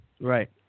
Right